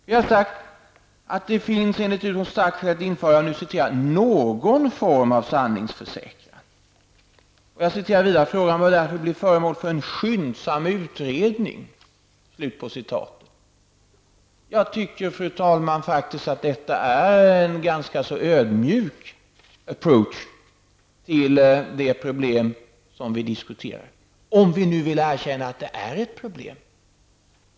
Vi har sagt: ''Det finns enligt utskottet starka skäl att införa någon form av sanningsförsäkran för dem som utfrågas av riksdagsutskotten. Frågan bör därför bli föremål för skyndsam utredning.'' Jag tycker, fru talman, att detta är en ganska ödmjuk approach till det problem vi diskuterar -- om vi nu vill erkänna att det är ett problem.